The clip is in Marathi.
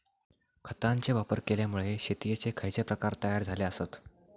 खतांचे वापर केल्यामुळे शेतीयेचे खैचे प्रकार तयार झाले आसत?